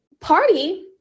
Party